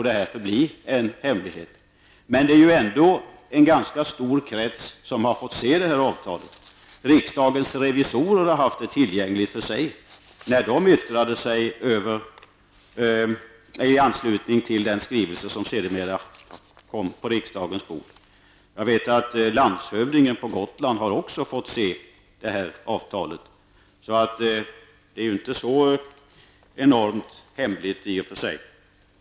Det är ändå en ganska stor krets som har fått se det här avtalet. Rikdagens revisorer har haft tillgång till det när de yttrade sig i anslutning till den skrivelse som sedermera kom på riksdagens bord. Jag vet att landshövdingen på Gotland också har fått se det här avtalet. Det är alltså inte så enormt hemligt i och för sig.